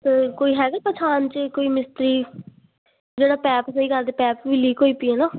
ਅਤੇ ਕੋਈ ਹੈਗਾ ਪਛਾਣ ਜੇ ਕੋਈ ਮਿਸਤਰੀ ਜਿਹੜਾ ਪੈਪ ਸਹੀ ਕਰ ਦਏ ਪੈਪ ਵੀ ਲੀਕ ਹੋਈ ਪਈ ਹੈ ਨਾ